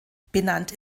benannt